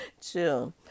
chill